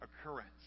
occurrence